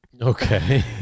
okay